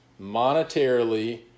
monetarily